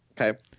Okay